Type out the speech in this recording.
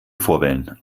vorwählen